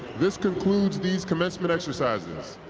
this concludes these commencement exercises.